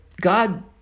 God